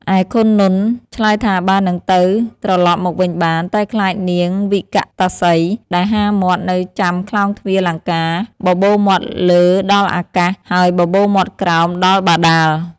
ឯខុននន្ទ ឆ្លើយថាបើនឹងទៅត្រឡប់មកវិញបាន តែខ្លាចនាងវិកតាសី ដែលហាមាត់នៅចាំក្លោងទ្វារលង្កា បបូរមាត់លើដល់អាកាស ហើយបបូរមាត់ក្រោមដល់បាតាល។